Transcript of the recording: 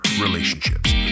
relationships